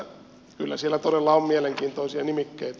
kyllä siellä todella on mielenkiintoisia nimikkeitä